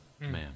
Man